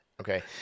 Okay